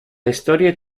historia